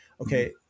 Okay